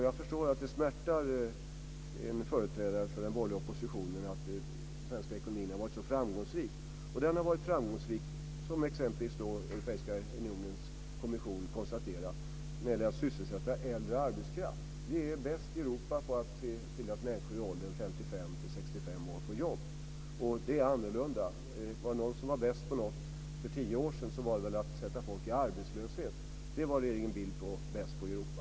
Jag förstår att det smärtar en företrädare för den borgerliga oppositionen att den svenska ekonomin har varit så framgångsrik. Och den har varit framgångsrik exempelvis, som Europeiska unionens kommission konstaterar, när det gäller att sysselsätta äldre arbetskraft. Vi är bäst i Europa på att se till att människor i åldern 55-65 år får jobb. Det är annorlunda. Var det någon som var bäst på något för tio år sedan så var det väl på att sätta folk i arbetslöshet. Det var regeringen Bildt bäst på i Europa.